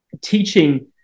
teaching